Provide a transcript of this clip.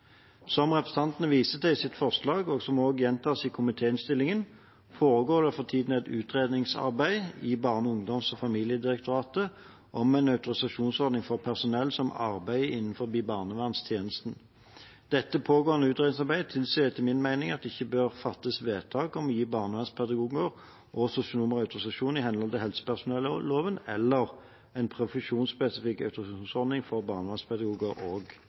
Som representantene viser til i sitt forslag, og som også gjentas i komitéinnstillingen, foregår det for tiden et utredningsarbeid i Barne-, ungdoms- og familiedirektoratet om en autorisasjonsordning for personell som arbeider innenfor barnevernstjenesten. Dette pågående utredningsarbeidet tilsier etter min mening at det ikke bør fattes vedtak om å gi barnevernspedagoger og sosionomer autorisasjon i henhold til helsepersonelloven eller en profesjonsspesifikk autorisasjonsordning for barnevernspedagoger og